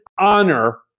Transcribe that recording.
honor